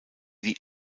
die